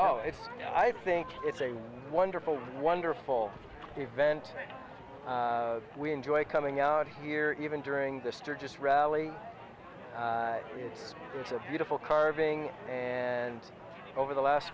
oh i think it's a wonderful wonderful event we enjoy coming out here even during the sturgis rally it's a beautiful carving and over the last